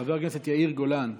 חבר הכנסת יאיר גולן,